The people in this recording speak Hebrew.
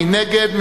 מי נגד?